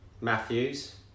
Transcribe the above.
Matthews